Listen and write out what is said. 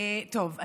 טוב,